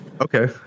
Okay